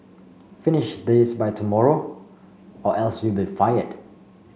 finish this by tomorrow or else you'll be fired